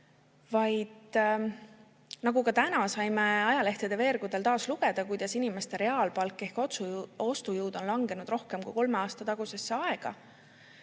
[Kuna] täna saime ajalehtede veergudelt taas lugeda, et inimeste reaalpalk ehk ostujõud on langenud rohkem kui kolme aasta tagusesse aega,